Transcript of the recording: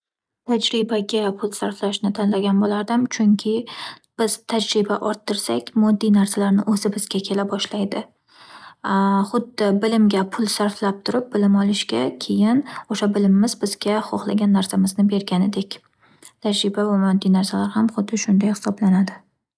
Tajribaga pul sarflashni tanlagan bo'lardim. Chunki biz tajriba orttirsak, moddiy narsalarni o'zi bizga kela boshlaydi. Xuddi bilimga pul sarflab turib bilim olishga, keyin o'sha bilimimiz bizga xoxlagan narsamizni berganidek. Tajriba va moddiy narsalar ham xuddi shunday hisoblanadi.